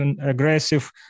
aggressive